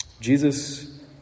Jesus